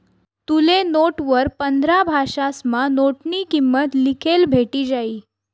तुले नोटवर पंधरा भाषासमा नोटनी किंमत लिखेल भेटी जायी